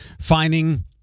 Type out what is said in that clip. finding